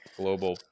global